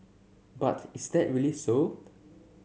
but is that really so